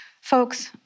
Folks